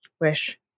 wish